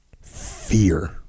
Fear